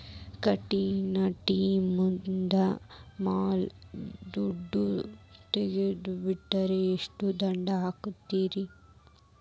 ಕಂತಿನ ಟೈಮ್ ಮುಗಿದ ಮ್ಯಾಲ್ ದುಡ್ಡು ತುಂಬಿದ್ರ, ಎಷ್ಟ ದಂಡ ಹಾಕ್ತೇರಿ?